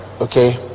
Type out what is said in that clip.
okay